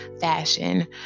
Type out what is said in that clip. fashion